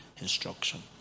instruction